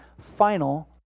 final